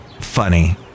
funny